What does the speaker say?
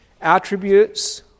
attributes